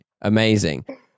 amazing